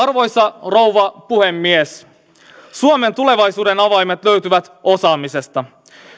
arvoisa rouva puhemies suomen tulevaisuuden avaimet löytyvät osaamisesta